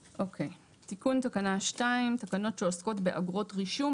תיקון תקנה 2. תקנות שעוסקות באגרות רישום.